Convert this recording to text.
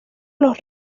los